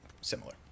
similar